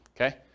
okay